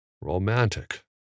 Romantic